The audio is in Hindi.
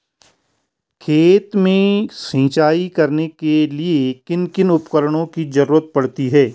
खेत में सिंचाई करने के लिए किन किन उपकरणों की जरूरत पड़ती है?